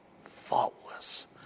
faultless